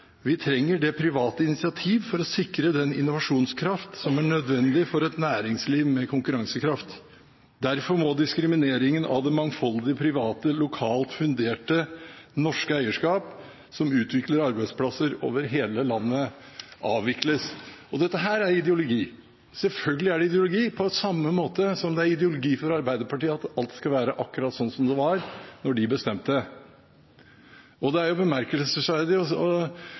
vi trenger det private initiativ for å sikre den innovasjonskraft som er nødvendig for et næringsliv med konkurransekraft. Derfor må diskrimineringen av det mangfoldige private, lokalt funderte norske eierskap som utvikler arbeidsplasser over hele landet, avvikles. Dette er ideologi. Selvfølgelig er det ideologi, på samme måte som det er ideologi for Arbeiderpartiet at alt skal være akkurat sånn som det var da de bestemte. Og det er